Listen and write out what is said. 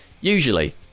usually